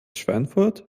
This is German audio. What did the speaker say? schweinfurt